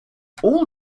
all